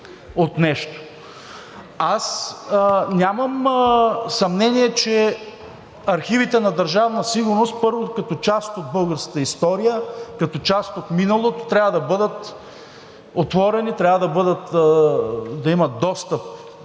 Аз нямам съмнение, че архивите на Държавна сигурност, първо, като част от българската история, като част от миналото трябва да бъдат отворени, трябва да имат достъп